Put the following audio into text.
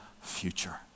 future